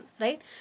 right